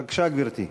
בבקשה, גברתי.